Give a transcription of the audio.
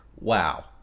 Wow